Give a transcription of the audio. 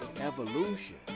evolution